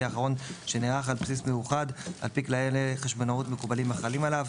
האחרון שנערך על בסיס מאוחד על פי כללי חשבונאות מקובלים החלים עליו".